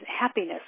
happiness